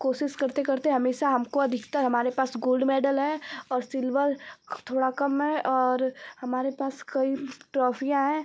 हमको कोशिश करते करते हमेशा हमको अधिकतर हमारे पास गोल्ड मेडल है और सिल्वर थोड़ा कम है और हमारे पास कई ट्रॉफ़िया हैं